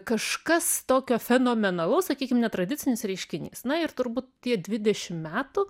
kažkas tokio fenomenalaus sakykim netradicinis reiškinys na ir turbūt tie dvidešim metų